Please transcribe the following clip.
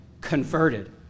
converted